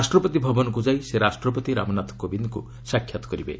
ରାଷ୍ଟ୍ରପତି ଭବନକ୍ତ ଯାଇ ସେ ରାଷ୍ଟ୍ରପତି ରାମନାଥ କୋବିନ୍ଦଙ୍କୁ ସାକ୍ଷାତ କରିବେ